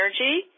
Energy